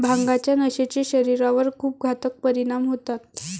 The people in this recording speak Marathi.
भांगाच्या नशेचे शरीरावर खूप घातक परिणाम होतात